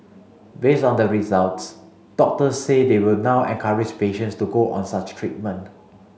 based on the results doctors say they will now encourage patients to go on such treatment